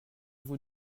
vous